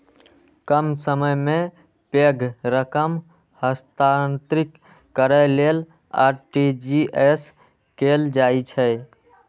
कम समय मे पैघ रकम हस्तांतरित करै लेल आर.टी.जी.एस कैल जाइ छै